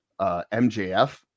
MJF